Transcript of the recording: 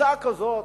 תפיסה כזאת,